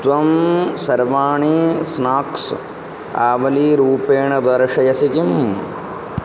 त्वं सर्वाणि स्नाक्स् आवलीरूपेण दर्शयसि किम्